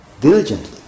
diligently